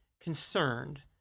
concerned